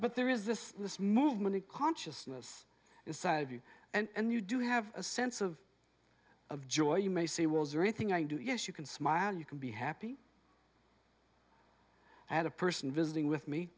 but there is this this movement of consciousness inside of you and you do have a sense of of joy you may see was there anything i do yes you can smile you can be happy i had a person visiting with me